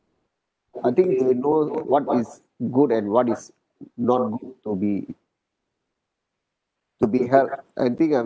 I think they know what is good and what is not good to be to be help I think uh